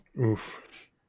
Oof